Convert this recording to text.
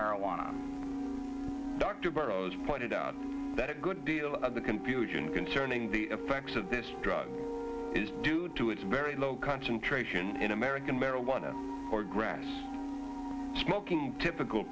marijuana dr burroughs pointed out that a good deal of the confusion concerning the effects of this drug is due to its very low concentration in american marijuana for grass smoking typical